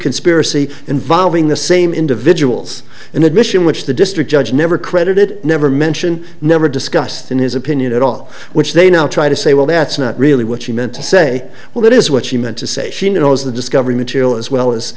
conspiracy involving the same individuals an admission which the district judge never credited never mention never discussed in his opinion at all which they now try to say well that's not really what she meant to say well that is what she meant to say she knows the discovery material as well as